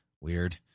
Weird